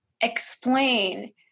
explain